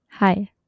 Hi